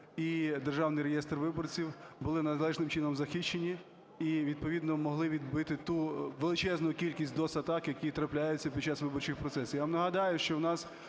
і Державний реєстр виборців були належним чином захищені і відповідно могли відбити ту величезну кількість DоS-атак, які трапляються під час виборчих процесів. Я вам нагадаю, що у нас